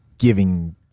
giving